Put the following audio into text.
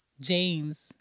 James